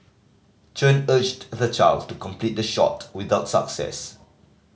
Chen urged the child to complete the shot without success